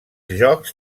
jocs